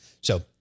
So-